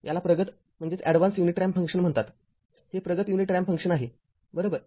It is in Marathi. याला प्रगत युनिट रॅम्प फंक्शन म्हणतात हे प्रगत युनिट रॅम्प फंक्शन आहे बरोबर